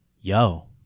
yo